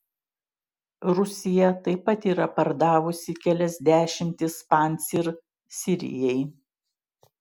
rusija taip pat yra pardavusi kelias dešimtis pancyr sirijai